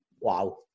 Wow